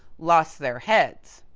lost their heads.